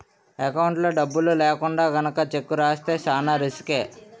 ఎకౌంట్లో డబ్బులు లేకుండా గనక చెక్కు రాస్తే చానా రిసుకే